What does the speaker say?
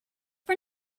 for